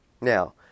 Now